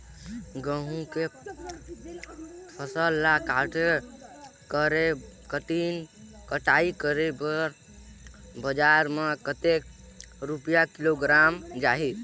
गंहू के फसल ला कटाई करे के बाद बजार मा कतेक रुपिया किलोग्राम जाही?